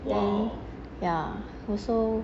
then ya also